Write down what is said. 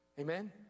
Amen